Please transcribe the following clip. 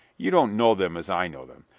you don't know them as i know them.